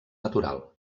natural